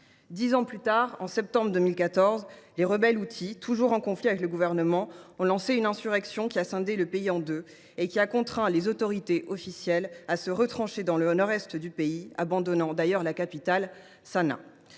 Dix ans plus tard, en septembre 2014, les Houthis, toujours en conflit avec le gouvernement, ont lancé une insurrection qui a scindé le pays en deux, et qui a contraint les autorités officielles à se retrancher dans le nord est du pays, abandonnant d’ailleurs la capitale, Sanaa.